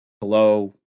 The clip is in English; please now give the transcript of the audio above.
Hello